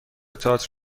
تئاتر